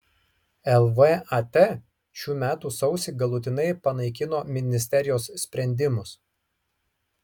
lvat šių metų sausį galutinai panaikino ministerijos sprendimus